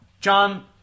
John